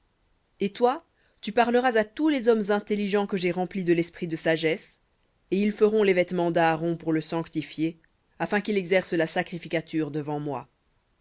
et toi tu parleras à tous les hommes intelligents que j'ai remplis de l'esprit de sagesse et ils feront les vêtements d'aaron pour le sanctifier afin qu'il exerce la sacrificature devant moi